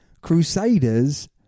Crusaders